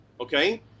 okay